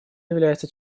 является